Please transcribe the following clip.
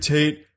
Tate